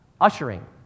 ushering